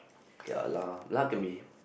ya lah lah can be